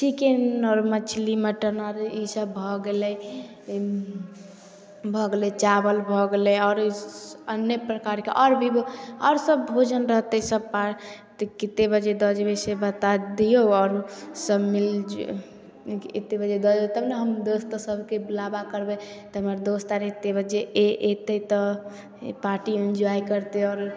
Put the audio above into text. chicken आओर मछली mutton आओर ईसब भऽ गेलै भऽ गेलै चावल भऽ गेलै आओर अन्य प्रकारके आओर भी बहु आओर सब भोजन रहतै सब पार्टी कतेक बजे दऽ जेबै से बता दिऔ आओर सभ मिलिजुलि एतेक बजे दऽ जेबै तब ने हम दोस्तो सभके बुलावा करबै तब हमर दोस्त आर एतेक बजे अएतै तऽ ए पार्टी एन्जॉइ करतै आओर